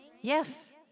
Yes